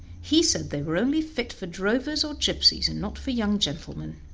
he said they were only fit for drovers or gypsies, and not for young gentlemen.